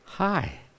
Hi